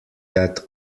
that